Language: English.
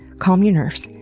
calm your nerves,